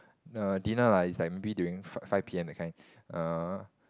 err dinner lah is like maybe during five five p_m that kind err